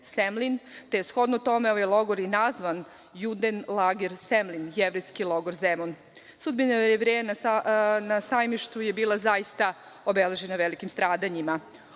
je shodno tome ovaj logor je i nazvan „Judenlager Semlin“, Jevrejski logor Zemun. Sudbina Jevreja na Sajmištu je bila zaista obeležena velikim stradanjima.U